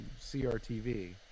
CRTV